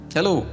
Hello